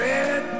Red